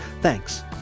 Thanks